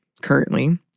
currently